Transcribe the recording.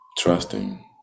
Trusting